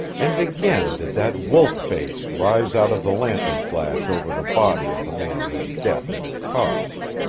and again did that wolf-face rise out of the lantern-flash over the body of the man whose death it had caused.